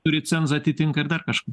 turi cenzą atitinka ir dar kažką